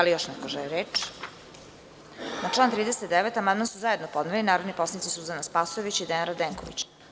Da li još neko želi reč? (Ne) Na član 39. amandman su zajedno podneli narodni poslanici Suzana Spasojević i Dejan Radenković.